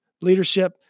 leadership